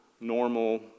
normal